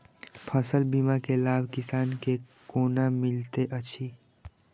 फसल बीमा के लाभ किसान के कोना मिलेत अछि?